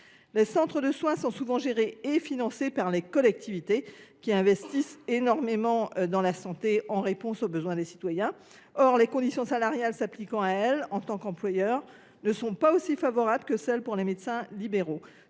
Les centres de santé sont souvent gérés et financés par les collectivités, qui investissent énormément dans la santé en réponse aux besoins de nos concitoyens. Or les conditions salariales s’appliquant à elles, en tant qu’employeurs, ne sont pas aussi favorables que celles pour les médecins libéraux.